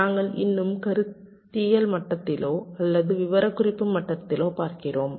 நாங்கள் இன்னும் கருத்தியல் மட்டத்திலோ அல்லது விவரக்குறிப்பு மட்டத்திலோ பார்க்கிறோம்